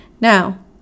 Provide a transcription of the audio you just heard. now